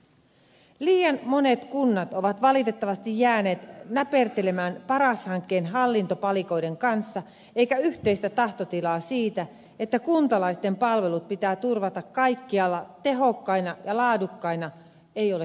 liian monet kunnat ovat valitettavasti jääneet näpertelemään paras hankkeen hallintopalikoiden kanssa eikä yhteistä tahtotilaa siitä että kuntalaisten palvelut pitää turvata kaikkialla tehokkaina ja laadukkaina ole syntynyt